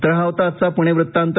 तर हा होता आजचा पुणे वृत्तांत